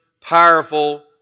powerful